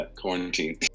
quarantine